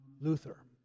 Luther